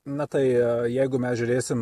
na tai jeigu mes žiūrėsim